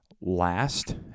last